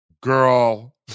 Girl